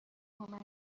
کمک